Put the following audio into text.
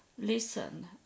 listen